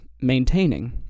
maintaining